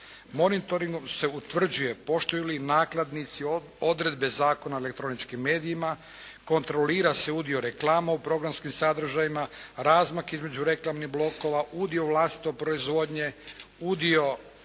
Monitoringom se utvrđuje poštuju li nakladnici odredbe Zakona o elektroničkim medijima, kontrolira se udio reklama u programskim sadržajima, razmak između reklamnih blokova, udio vlastite proizvodnje, udio